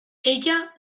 ella